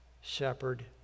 shepherd